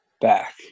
back